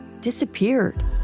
disappeared